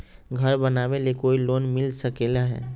घर बनावे ले कोई लोनमिल सकले है?